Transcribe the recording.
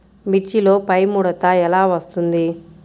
మిర్చిలో పైముడత ఎలా వస్తుంది?